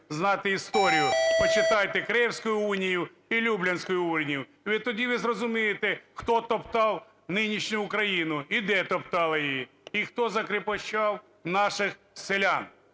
знати історію, почитайте Кревську унію і Люблінську унію, і тоді ви зрозумієте, хто топтав нинішню Україну і де топтали її, і хто закріпощав наших селян,